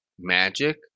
Magic